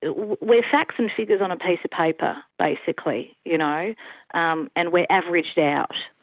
and we're facts and figures on a piece of paper basically you know um and we're averaged out.